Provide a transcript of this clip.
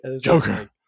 Joker